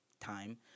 time